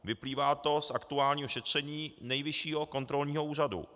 Vyplývá to z aktuálního šetření Nejvyššího kontrolního úřadu.